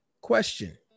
Question